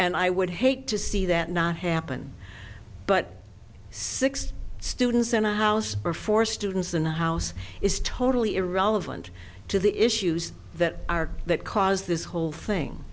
and i would hate to see that not happen but six students in a house or four students and house is totally irrelevant to the issues that are that cause this whole thing